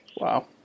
Wow